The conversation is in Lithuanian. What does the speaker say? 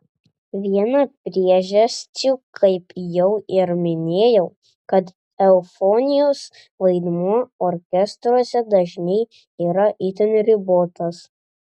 viena priežasčių kaip jau ir minėjau kad eufonijos vaidmuo orkestruose dažnai yra itin ribotas